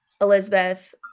Elizabeth